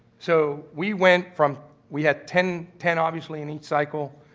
so we went from we had ten. ten obviously in each cycle.